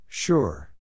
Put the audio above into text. Sure